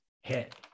hit